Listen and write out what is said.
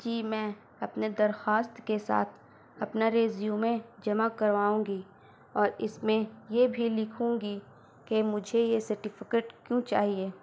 جی میں اپنے درخواست کے ساتھ اپنا ریزیومے جمع کرواؤں گی اور اس میں یہ بھی لکھوں گی کہ مجھے یہ سرٹیفکیٹ کیوں چاہیے